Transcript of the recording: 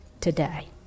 today